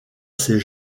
ces